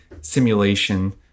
simulation